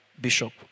bishop